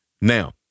Now